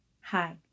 Hi